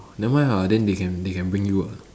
never mind ah then they can they can bring you [what]